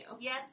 Yes